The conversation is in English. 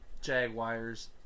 Jaguars